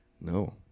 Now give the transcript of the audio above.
No